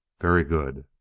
very good.